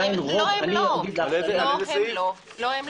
לא, הם לא.